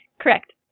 Correct